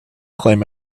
claim